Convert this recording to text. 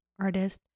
artist